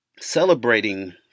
celebrating